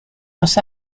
los